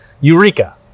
Eureka